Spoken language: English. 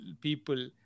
people